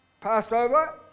Passover